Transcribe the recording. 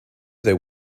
there